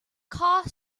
car